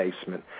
basement